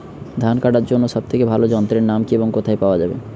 ধান কাটার জন্য সব থেকে ভালো যন্ত্রের নাম কি এবং কোথায় পাওয়া যাবে?